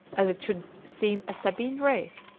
as it should seem a sabine race,